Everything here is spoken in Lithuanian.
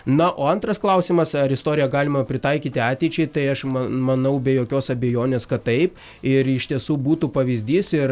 na o antras klausimas ar istoriją galima pritaikyti ateičiai tai aš manau be jokios abejonės kad taip ir iš tiesų būtų pavyzdys ir